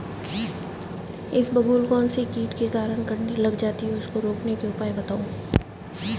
इसबगोल कौनसे कीट के कारण कटने लग जाती है उसको रोकने के उपाय बताओ?